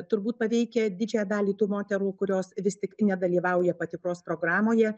turbūt paveikia didžiąją dalį tų moterų kurios vis tik nedalyvauja patikros programoje